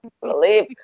believe